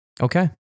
Okay